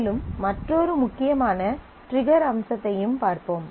மேலும் மற்றொரு முக்கியமான ட்ரிகர் அம்சத்தையும் பார்ப்போம்